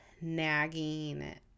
nagging